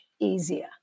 easier